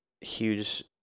huge